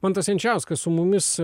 mantas jančiauskas su mumis